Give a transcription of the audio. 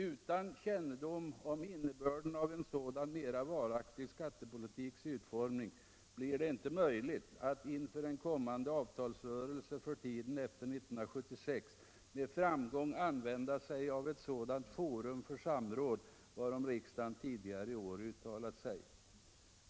Utan kännedom om innebörden av en sådan mera varaktig skattepolitiks utformning blir det inte möjligt att inför en kommande av talsrörelse för tiden efter 1976 med framgång använda sig av ett sådant forum för samråd varom riksdagen tidigare i år uttalat sig.